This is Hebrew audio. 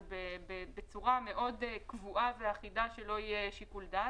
בצורה מאוד קבועה ואחידה, כך שלא יהיה שיקול דעת.